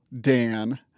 Dan